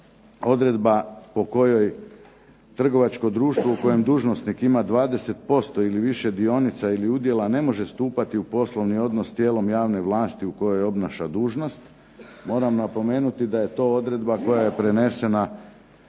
odredba po kojoj trgovačko društvo u kojem dužnosnik ima 20% ili više dionica ili udjela ne može stupati u poslovni odnos s tijelom javne vlasti u kojoj obnaša dužnost. Moram napomenuti da je to odredba koja je prenesena